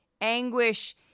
anguish